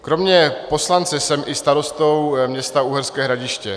Kromě poslance jsem i starostou města Uherské Hradiště.